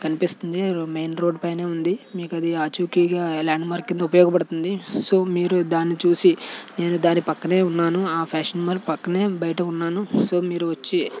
కనిపిస్తుంది main road పైనే ఉంది మీకు అది ఆచూకీగా ల్యాండ్మార్క్ కింద ఉపయోగపడుతుంది సో మీరు దాన్ని చూసి నేను దాని పక్కనే ఉన్నాను ఆ ఫ్యాషన్ మాల్ పక్కనే బయట ఉన్నాను సో మీరు వచ్చి